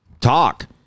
talk